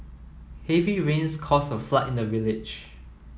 heavy rains cause a flood in the village